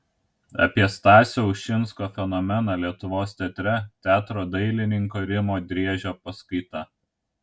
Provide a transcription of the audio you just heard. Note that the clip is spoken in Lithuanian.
apie stasio ušinsko fenomeną lietuvos teatre teatro dailininko rimo driežio paskaita